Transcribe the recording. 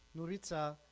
nouritza